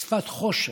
" שפת החושך,